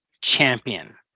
champion